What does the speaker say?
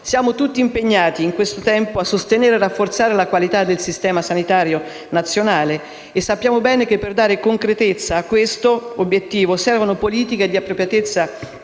Siamo tutti impegnati, in questo tempo, a sostenere e rafforzare la qualità del Sistema sanitario nazionale e sappiamo bene che per dare concretezza a questo obiettivo servono politiche di appropriatezza